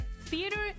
theater